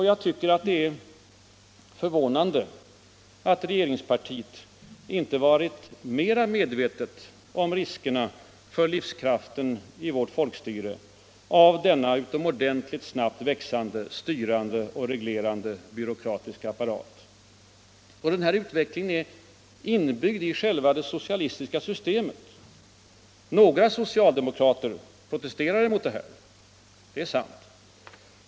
Jag tycker att det är förvånande att regeringspartiet inte varit mera medvetet om riskerna för livskraften i vårt folkstyre av denna utomordentligt snabbt växande styrande och reglerande byråkratiska apparat. Den här utvecklingen är inbyggd i själva det socialistiska systemet. Några socialdemokrater protesterar emot den, det är sant.